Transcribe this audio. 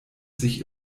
sich